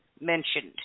mentioned